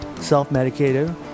Self-Medicated